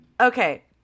Okay